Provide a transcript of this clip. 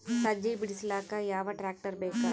ಸಜ್ಜಿ ಬಿಡಿಸಿಲಕ ಯಾವ ಟ್ರಾಕ್ಟರ್ ಬೇಕ?